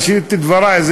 בראשית דברי,